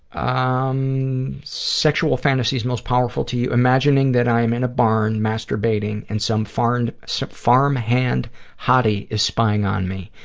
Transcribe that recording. um sexual fantasies most powerful to you. imagining that i'm in a barn masturbating and some farmhand some farmhand hottie is spying on me.